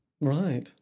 Right